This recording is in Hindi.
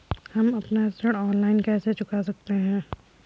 हम अपना ऋण ऑनलाइन कैसे चुका सकते हैं?